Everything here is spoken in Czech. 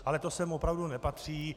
Ale to sem opravdu nepatří.